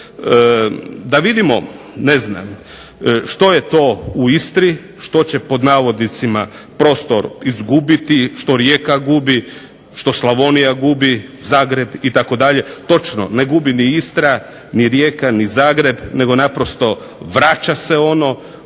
Da vidimo, ne znam, što je to u Istri što će pod navodnicima "prostor izgubiti", što Rijeka gubi, što Slavonija gubi, Zagreb itd. Točno, ne gubi ni Istra ni Rijeka ni Zagreb nego naprosto vraća se ono